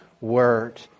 word